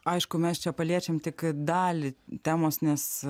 aišku mes čia paliečiam tik dalį temos nes